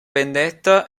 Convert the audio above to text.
vendetta